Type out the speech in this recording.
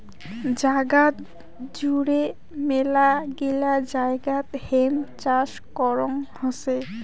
জাগাত জুড়ে মেলাগিলা জায়গাত হেম্প চাষ করং হসে